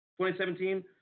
2017